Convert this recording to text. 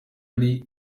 ari